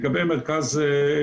לגבי סעיף 10,